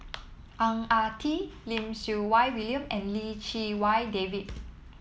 Ang Ah Tee Lim Siew Wai William and Lim Chee Wai David